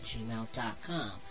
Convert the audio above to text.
gmail.com